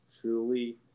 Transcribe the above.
truly